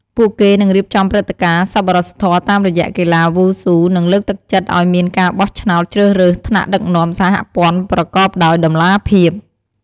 ពួកគេនឹងរៀបចំព្រឹត្តិការណ៍សប្បុរសធម៌តាមរយៈកីឡាវ៉ូស៊ូនឹងលើកទឹកចិត្តឲ្យមានការបោះឆ្នោតជ្រើសរើសថ្នាក់ដឹកនាំសហព័ន្ធប្រកបដោយតម្លាភាព។